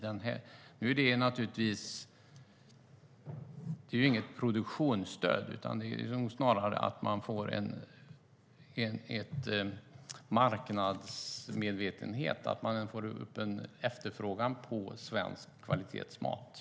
Det är inget produktionsstöd utan snarare ett sätt att få en marknadsmedvetenhet, att få upp en efterfrågan på svensk kvalitetsmat.